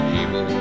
evil